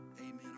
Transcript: Amen